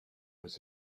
was